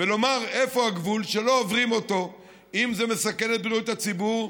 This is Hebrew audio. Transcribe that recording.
ולומר איפה הגבול שלא עוברים אם זה מסכן את בריאות הציבור,